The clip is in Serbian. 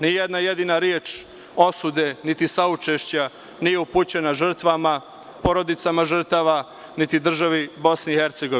Ni jedna jedina reč osude niti saučešća nije upućena žrtvama, porodicama žrtava, niti državi BiH.